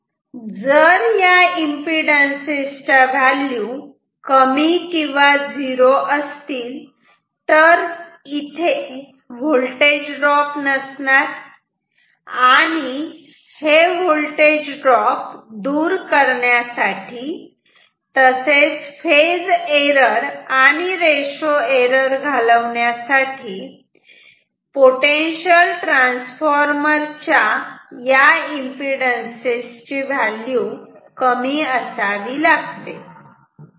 कारण जर या एम्पिडन्सेस च्या व्हॅल्यू कमी किंवा झिरो असतील तर तिथे होल्टेज ड्रॉप नसणार आणि हा होल्टेज ड्रॉप दूर करण्यासाठी तसेच फेज एरर आणि रेशो एरर घालवण्यासाठी पोटेन्शियल ट्रान्सफॉर्मर च्या या एम्पिडन्सेस ची व्हॅल्यू कमी असावी लागते